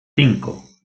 cinco